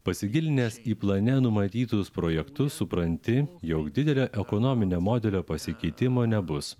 pasigilinęs į plane numatytus projektus supranti jog didelio ekonominio modelio pasikeitimo nebus